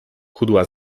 chudła